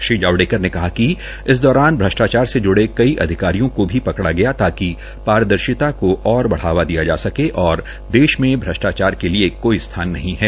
श्री जावड़ेकर ने कहा कि इस दौरान भ्रष्टाचार से जुड़े कई अधिकारियों को भी पकड़ा गया ताकि पारदर्शिता को और बढ़ावा दिया जा सके और देश में भ्रष्टाचार के लिए कोई स्थान नहीं है